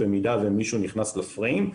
אם מישהו נכנס לפריים,